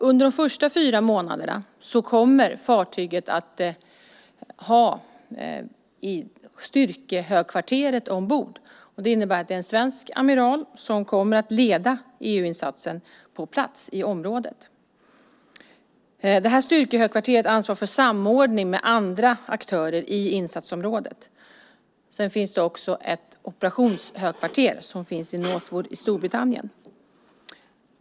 Under de första fyra månaderna kommer fartyget att ha styrkehögkvarteret ombord. Det innebär att det är en svensk amiral som kommer att leda EU-insatsen på plats i området. Styrkehögkvarteret ansvarar för samordning med andra aktörer i insatsområdet. Det finns också ett operationshögkvarter i Northwood i Storbritannien.